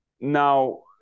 now